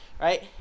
right